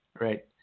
right